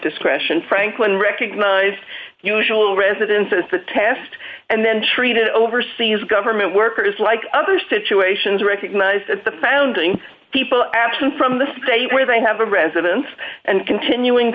discretion franklin recognized usual residence as the test and then treated overseas government workers like other situations recognized at the founding people absent from the state where they have a residence and continuing